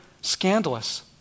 scandalous